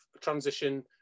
transition